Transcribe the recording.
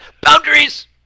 boundaries